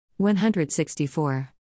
164